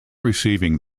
receiving